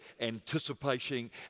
anticipating